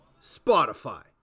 Spotify